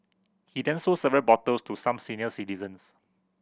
he then sold several bottles to some senior citizens